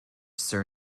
sir